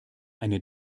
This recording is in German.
eine